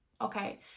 okay